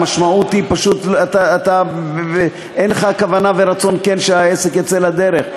המשמעות היא פשוט שאין לך כוונה ורצון כן שהעסק יצא לדרך.